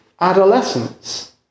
adolescence